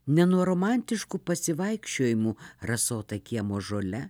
ne nuo romantiškų pasivaikščiojimų rasota kiemo žole